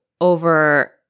over